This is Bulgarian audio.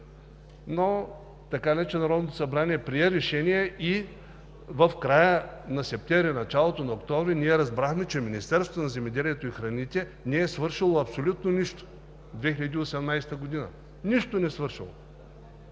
или иначе Народното събрание прие Решение и в края на септември, началото на октомври, ние разбрахме, че Министерството на земеделието и храните не е свършило абсолютно нищо през 2018 г. Нищо не е свършило!